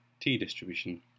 T-distribution